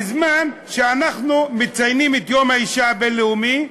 בזמן, שאנחנו מציינים את יום האישה הבין-לאומי,